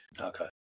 Okay